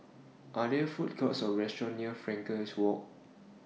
Are There Food Courts Or restaurants near Frankel Walk